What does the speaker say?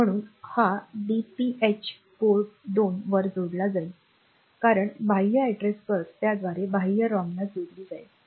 म्हणून हा DPH port 2 वर जोडला जाईल कारण बाह्य अॅड्रेस बस त्याद्वारे बाह्य रॅमला जोडली जाईल